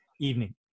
evening